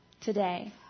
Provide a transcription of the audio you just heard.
Today